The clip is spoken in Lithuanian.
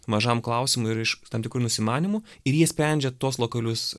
mažam klausimui ir iš tam tikrų nusimanymų ir ji sprendžia tuos lokalius